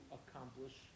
accomplish